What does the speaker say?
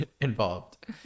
involved